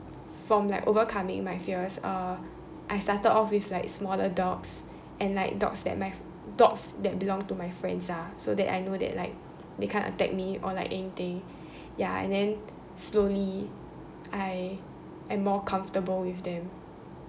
from like overcoming my fears uh I started off with like smaller dogs and like dogs that my f~ dogs that belong to my friends uh so that I know that like they can't attack me or like anything ya and then slowly I I'm more comfortable with them